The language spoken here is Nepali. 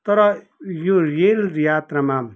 तर यो रेल यात्रामा